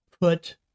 put